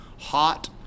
hot